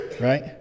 right